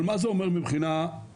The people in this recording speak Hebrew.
אבל מה זה אומר מבחינה אמיתית?